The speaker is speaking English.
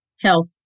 health